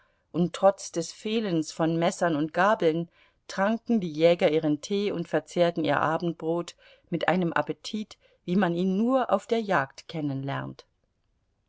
und trotz des fehlens von messern und gabeln tranken die jäger ihren tee und verzehrten ihr abendbrot mit einem appetit wie man ihn nur auf der jagd kennenlernt